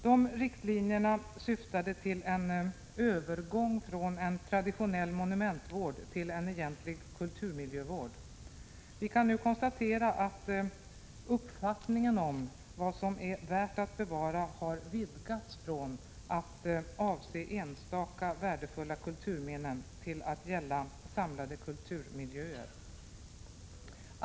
Dessa riktlinjer syftade till en övergång från en traditionell monumentvård till en egentlig kulturmiljövård. Vi kan nu konstatera att uppfattningen om vad som är värt att bevara har vidgats från att avse enstaka värdefulla kulturminnen till att gälla samlade kulturmiljöer.